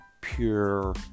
pure